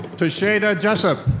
tasheda jessop.